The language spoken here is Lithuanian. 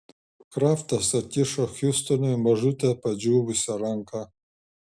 kraftas atkišo hiustonui mažutę padžiūvusią ranką